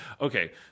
okay